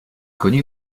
connu